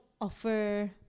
offer